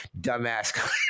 dumbass